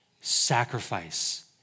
sacrifice